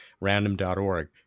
random.org